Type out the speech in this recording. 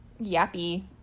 yappy